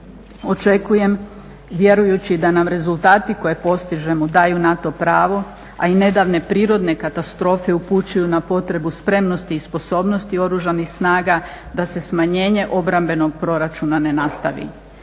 očekujem vjerujući da nam rezultati koje postižemo daju na to pravo, a i nedavne prirodne katastrofe upućuju na potrebu spremnosti i sposobnosti Oružanih snaga, da se smanjenje obrambenog proračuna ne nastavi.